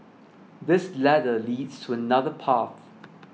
this ladder leads to another path